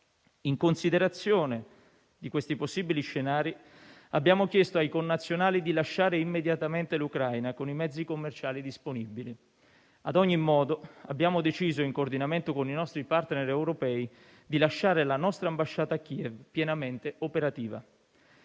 In considerazione di questi possibili scenari abbiamo chiesto ai connazionali di lasciare immediatamente l'Ucraina con i mezzi commerciali disponibili. Ad ogni modo abbiamo deciso, in coordinamento con i nostri *partner* europei, di lasciare la nostra ambasciata a Kiev pienamente operativa.